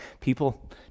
People